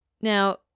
Now